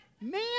Man